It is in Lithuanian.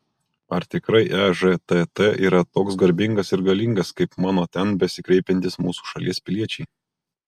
ar tikrai ežtt yra toks garbingas ir galingas kaip mano ten besikreipiantys mūsų šalies piliečiai